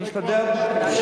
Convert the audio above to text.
אני אשתדל לבוא לדיון.